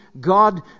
God